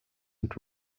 and